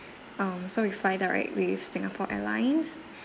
um so we fly direct with singapore airlines